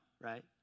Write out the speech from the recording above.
right